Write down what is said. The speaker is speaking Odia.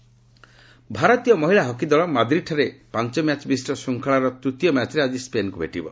ହକି ଇଣ୍ଡିଆ ଭାରତୀୟ ମହିଳା ହକି ଦଳ ମାଦ୍ରିଦଠାରେ ପାଞ୍ଚ ମ୍ୟାଚ୍ ବିଶିଷ୍ଟ ଶୃଙ୍ଖଳାର ତୃତୀୟ ମ୍ୟାଚ୍ରେ ଆକି ସ୍ୱେନ୍କୁ ଭେଟିବ